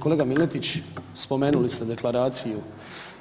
Kolega Miletić, spomenuli ste deklaraciju,